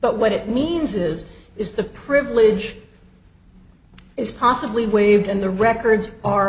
but what it means is is the privilege is possibly waived and the records are